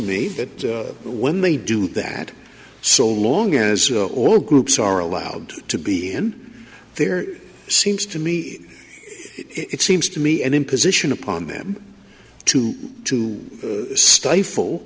that when they do that so long as all groups are allowed to be in there seems to me it seems to me an imposition upon them to to stifle